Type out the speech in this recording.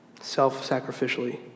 Self-sacrificially